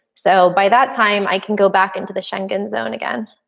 so by that time i can go back into the schengen zone again.